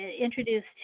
introduced